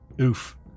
Oof